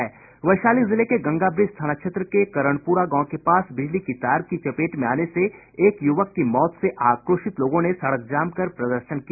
वैशाली जिले के गंगा ब्रिज थाना क्षेत्र के करणपुरा गांव के पास बिजली की तार के चपेट में आने से एक युवक की मौत से आक्रोशित लोगों ने सड़क जाम कर प्रदर्शन किया